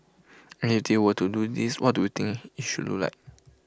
and if they were to do this what do you think IT should look like